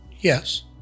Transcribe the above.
Yes